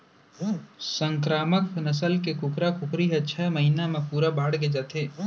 संकरामक नसल के कुकरा कुकरी ह छय महिना म पूरा बाड़गे जाथे